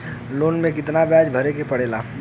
Loan के कितना ब्याज भरे के पड़े ला?